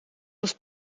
was